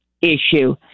issue